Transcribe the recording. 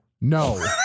No